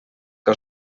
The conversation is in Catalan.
que